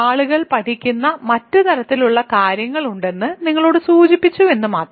ആളുകൾ പഠിക്കുന്ന മറ്റ് തരത്തിലുള്ള കാര്യങ്ങളുണ്ടെന്ന് നിങ്ങ ളോട് സൂചിപ്പി ച്ചു എന്ന് മാത്രം